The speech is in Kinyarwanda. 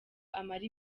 amara